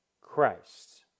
Christ